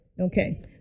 Okay